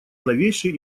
новейшей